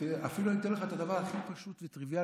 אפילו אני אתן לך את הדבר הכי פשוט וטריוויאלי,